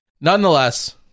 nonetheless